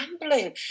gambling